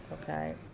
okay